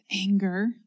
anger